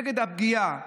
נגד הפגיעה